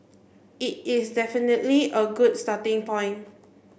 it is definitely a good starting point